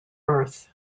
earth